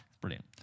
brilliant